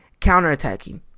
counterattacking